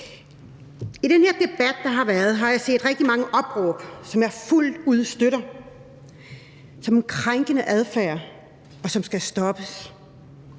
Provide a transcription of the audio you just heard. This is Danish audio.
I den her debat, der har været, har jeg set rigtig mange opråb, som jeg fuldt ud støtter, om krænkende adfærd, som skal stoppes.